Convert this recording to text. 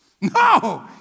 No